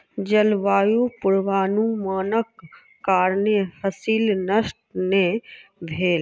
जलवायु पूर्वानुमानक कारणेँ फसिल नष्ट नै भेल